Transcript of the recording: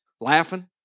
laughing